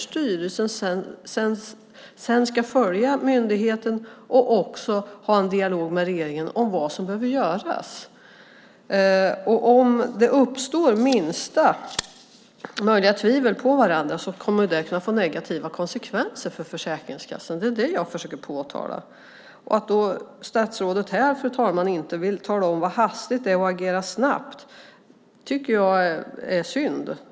Styrelsen ska sedan följa myndigheten och också ha en dialog med regeringen om vad som behöver göras. Om det uppstår minsta möjliga tvivel på varandra kommer det att kunna få negativa konsekvenser för Försäkringskassan. Det är det jag försöker påtala. Att statsrådet här, fru talman, inte vill tala om vad "hastigt" och "agera snabbt" är tycker jag är synd.